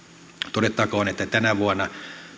todettakoon että tänä vuonna